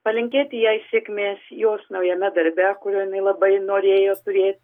palinkėti jai sėkmės jos naujame darbe kurio jinai labai norėjo turėt